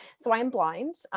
so i am blind.